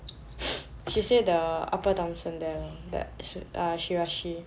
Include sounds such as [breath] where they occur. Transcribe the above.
[breath] she say the upper thomson there lor that uh shiraishi